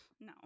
no